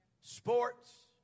sports